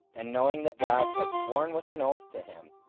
and knowing that god had sworn with an oath to him,